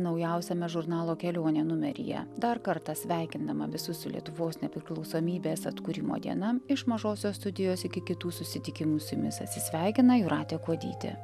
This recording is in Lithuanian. naujausiame žurnalo kelionė numeryje dar kartą sveikindama visus su lietuvos nepriklausomybės atkūrimo diena iš mažosios studijos iki kitų susitikimų su jumis atsisveikina jūratė kuodytė